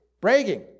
bragging